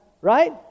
right